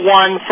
one